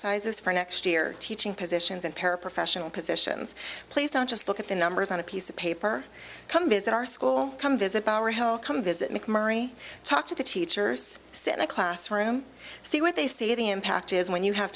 sizes for next year teaching positions and paraprofessional positions please don't just look at the numbers on a piece of paper come visit our school come visit our hill come visit mcmurry talk to the teachers sit in a classroom see what they see the impact is when you have